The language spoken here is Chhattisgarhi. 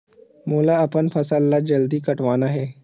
मोला अपन फसल ला जल्दी कटवाना हे?